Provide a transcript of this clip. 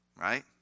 Right